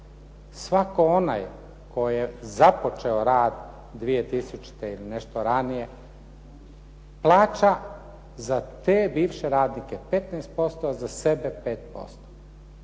Svatko onaj tko je započeo rad 2000. ili nešto ranije plaća za te bivše radnike 15% za sebe 5%.